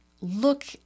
look